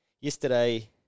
Yesterday